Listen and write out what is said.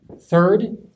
Third